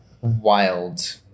wild